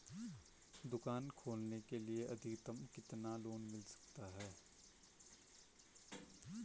दुकान खोलने के लिए अधिकतम कितना लोन मिल सकता है?